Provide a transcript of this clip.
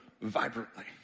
vibrantly